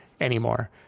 anymore